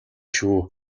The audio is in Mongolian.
шүү